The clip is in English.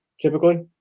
typically